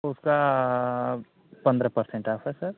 उसका पन्द्रह percent off है सर